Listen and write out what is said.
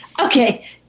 Okay